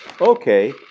Okay